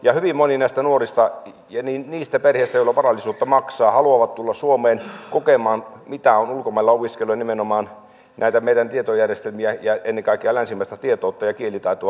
hyvin moni näistä nuorista ja niistä perheistä joilla on varallisuutta maksaa haluaa tulla suomeen kokemaan mitä on ulkomailla opiskelu ja nimenomaan näkemään näitä meidän tietojärjestelmiä ja ennen kaikkea länsimaista tietoutta ja kielitaitoa hankkimaan